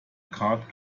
card